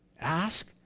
Ask